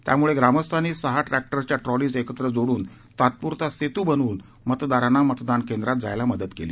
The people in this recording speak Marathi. त्यामुळे ग्रामस्थांनी सहा ट्रॅक्टरच्या ट्रॉलीज एकत्र जोडून तात्पुरता सेतू बनवून मतदारांना मतदान केंद्रात जायला मदत केली